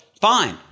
fine